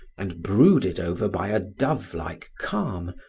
and brooded over by a dove-like calm,